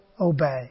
obey